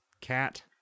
cat